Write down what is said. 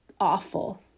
awful